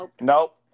Nope